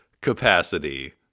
capacity